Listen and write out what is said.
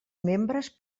membres